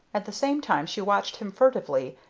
at the same time she watched him furtively,